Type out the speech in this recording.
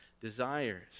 desires